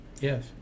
Yes